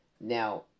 Now